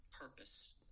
purpose